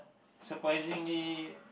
surprisingly